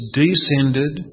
descended